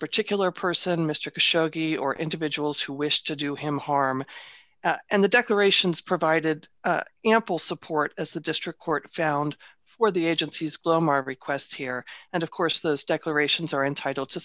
particular person mr shogi or individuals who wish to do him harm and the decorations provided ample support as the district court found for the agency's glow mark requests here and of course those declarations are entitled to